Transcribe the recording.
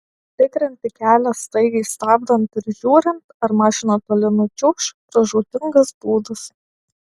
tikrinti kelią staigiai stabdant ir žiūrint ar mašina toli nučiuoš pražūtingas būdas